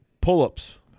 pull-ups